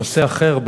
נושא אחר,